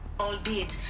albeit,